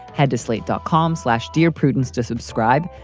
head to slate dot com slash. dear prudence to subscribe.